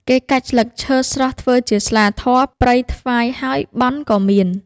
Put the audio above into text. គេកាច់ស្លឹកឈើស្រស់ធ្វើជាស្លាធម៌ព្រៃថ្វាយហើយបន់ក៏មាន